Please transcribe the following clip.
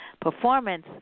Performance